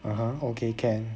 (uh huh) okay can